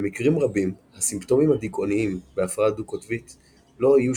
במקרים רבים הסימפטומים הדיכאוניים בהפרעה דו-קוטבית לא יהיו